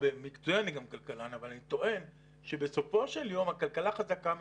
במקצועי אני גם כלכלן אבל אני טוען שבסופו של יום הכלכלה חזקה מכל.